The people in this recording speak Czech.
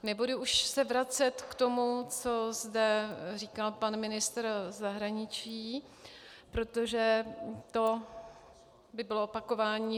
Nebudu už se vracet k tomu, co zde říkal pan ministr zahraničí, protože to by bylo opakování.